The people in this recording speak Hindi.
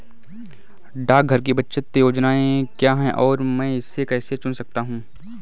डाकघर की बचत योजनाएँ क्या हैं और मैं इसे कैसे चुन सकता हूँ?